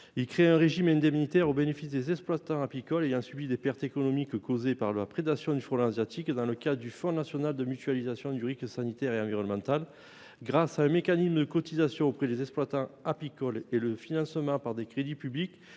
à créer un régime indemnitaire au bénéfice des exploitants apicoles ayant subi des pertes économiques causées par la prédation du frelon asiatique, et ce dans le cadre du Fonds national agricole de mutualisation du risque sanitaire et environnemental (FMSE). Grâce à un mécanisme de cotisation auprès des exploitants apicoles et à un financement par des crédits publics,